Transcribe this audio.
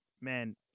man